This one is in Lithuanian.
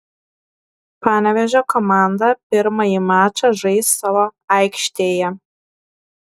panevėžio komanda pirmąjį mačą žais savo aikštėje